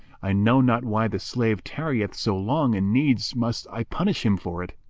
i know not why the slave tarrieth so long and needs must i punish him for it.